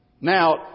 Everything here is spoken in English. Now